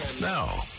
Now